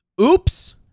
Oops